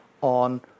on